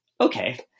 Okay